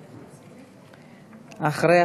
ואחריה,